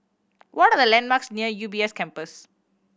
what are the landmarks near U B S Campus